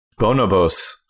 Bonobos